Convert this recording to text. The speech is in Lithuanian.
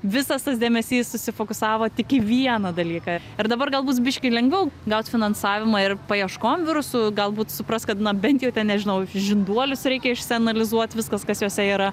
visas tas dėmesys susifokusavo tik į vieną dalyką ir dabar gal bus biškį lengviau gaut finansavimą ir paieškom virusų galbūt supras kad na bent jau ten nežinau žinduolius reikia išsianalizuot viskas kas juose yra